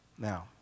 Now